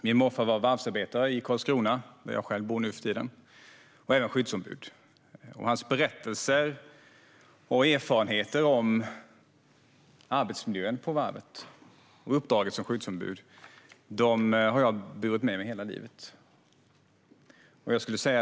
Min morfar var varvsarbetare i Karlskrona, där jag själv bor nu för tiden, och även skyddsombud. Hans erfarenheter och berättelser om arbetsmiljön på varvet och uppdraget som skyddsombud har jag burit med mig hela livet.